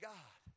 God